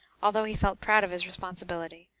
although he felt proud of his responsibility,